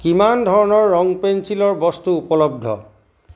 কিমান ধৰণৰ ৰং পেন্সিলৰ বস্তু উপলব্ধ